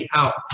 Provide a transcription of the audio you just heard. out